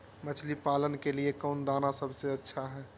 मछली पालन के लिए कौन दाना सबसे अच्छा है?